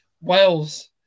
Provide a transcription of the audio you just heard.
Wales